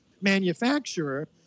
manufacturer